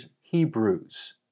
Hebrews